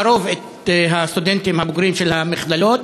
לרוב את הסטודנטים הבוגרים של המכללות?